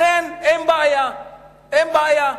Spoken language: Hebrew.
לכך אינני מתנגד ואין לי בעיה.